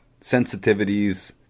sensitivities